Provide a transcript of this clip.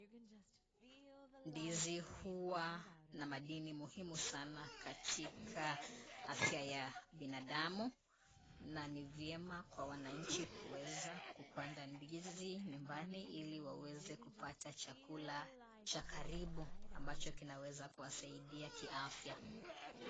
Ndizi huwa na madini muhimu sana katika afya ya binadamu na ni vyema kwa wananchi kuweza kupanda ndizi nyumbani ili waweze kupata chakula cha karibu ambacho kinaweza kuwasaidia kiafya.